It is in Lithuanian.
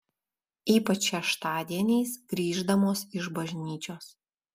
ypač šeštadieniais grįždamos iš bažnyčios